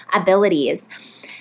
abilities